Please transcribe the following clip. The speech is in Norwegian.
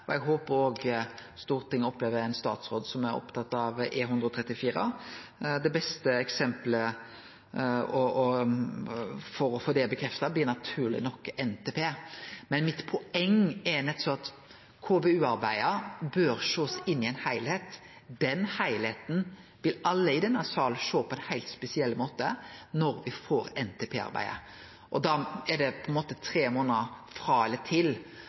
Eg håper òg Stortinget opplever ein statsråd som er opptatt av E134. Det beste eksemplet for å få det bekrefta, blir naturleg nok NTP. Mitt poeng er at KVU-arbeidet bør sjåast inn i ein heilskap. Den heilskapen vil alle i denne sal sjå på ein heilt spesiell måte når me får NTP-arbeidet. Da er det tre månader frå eller til,